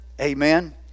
Amen